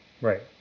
Right